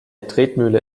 tretmühle